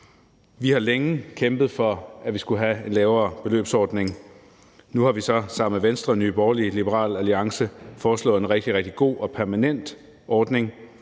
Vi har længe kæmpet for, at vi skulle have en lavere beløbsordning; nu har vi så sammen med Venstre, Nye Borgerlige og Liberal Alliance foreslået en rigtig, rigtig god og permanent ordning,